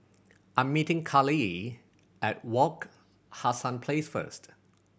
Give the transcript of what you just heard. I'm meeting Carlyle at Wak Hassan Place first